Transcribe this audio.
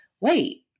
wait